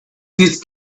these